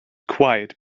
quiet